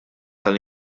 tal